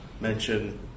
mention